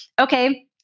Okay